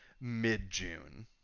mid-June